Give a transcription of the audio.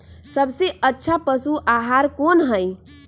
सबसे अच्छा पशु आहार कोन हई?